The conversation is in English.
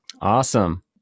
Awesome